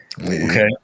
Okay